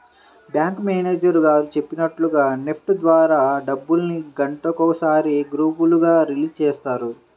bank manager గారు చెప్పినట్లుగా NEFT ద్వారా డబ్బుల్ని గంటకొకసారి గ్రూపులుగా రిలీజ్ చేస్తారు